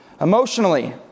emotionally